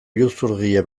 iruzurgile